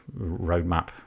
roadmap